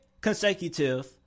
consecutive